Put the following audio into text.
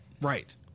right